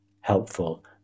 helpful